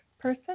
person